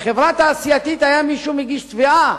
בחברה תעשייתית היה מישהו מגיש תביעה